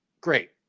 great